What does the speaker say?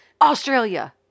Australia